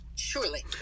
surely